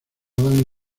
dan